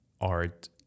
art